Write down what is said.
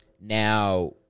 Now